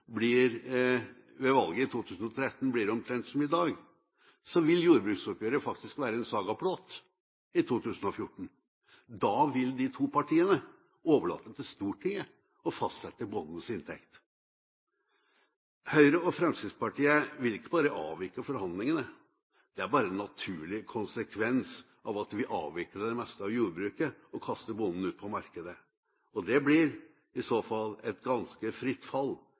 blir omtrent som i dag, så vil jordbruksoppgjøret faktisk være en saga blott i 2014. Da vil de to partiene overlate til Stortinget å fastsette bondens inntekt. Høyre og Fremskrittspartiet vil ikke bare avvikle forhandlingene. Det er bare en naturlig konsekvens av at vi avvikler det meste av jordbruket og kaster bonden ut på markedet. Det blir i så fall et ganske fritt fall.